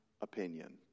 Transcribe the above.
opinion